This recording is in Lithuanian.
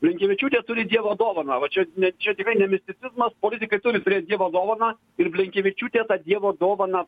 blinkevičiūtė turi dievo dovaną va čia ne čia tikrai ne misticizmas politikai turi turėt dievo dovaną ir blinkevičiūtė tą dievo dovaną